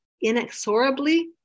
inexorably